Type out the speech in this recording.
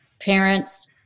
parents